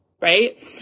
right